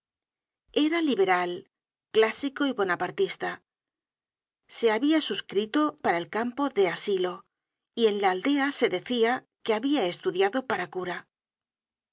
era liberal clásico y bonapartista se habia suscrito para el campo de asilo y en la aldea se decia que habia estudiado para cura